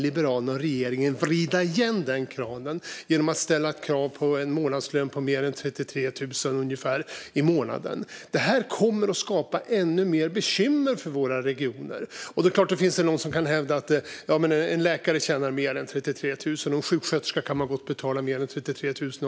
Varför vill ni vrida igen denna kran genom att ställa krav på en månadslön på mer än ungefär 33 000 kronor i månaden? Det här kommer att skapa ännu mer bekymmer för våra regioner. Någon kanske kan hävda att en läkare tjänar mer än 33 000 och att man gott kan betala också en sjuksköterska mer än 33 000.